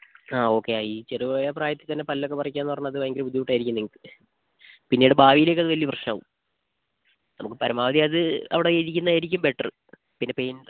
ആ ഓക്കെ ഈ ചെറുതായ പ്രായത്തിൽ തന്നെ പല്ലൊക്കെ പറിക്കുക എന്ന് പറഞ്ഞാൽ അത് ഭയങ്കര ബുദ്ധിമുട്ട് ആയിരിക്കും നിങ്ങൾക്ക് പിന്നീട് ഭാവിയിലേക്ക് അത് വലിയ പ്രശ്നം ആവും നമുക്ക് പരമാവധി അത് അവിടെ ഇരിക്കുന്നത് ആയിരിക്കും ബെറ്റർ പിന്നെ പെയിൻ